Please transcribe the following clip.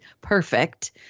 perfect